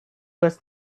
was